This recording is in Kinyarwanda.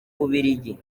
bubiligi